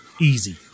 Easy